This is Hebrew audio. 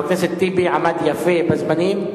חבר הכנסת טיבי עמד יפה בזמנים.